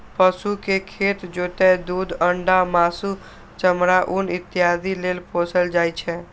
पशु कें खेत जोतय, दूध, अंडा, मासु, चमड़ा, ऊन इत्यादि लेल पोसल जाइ छै